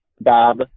Bob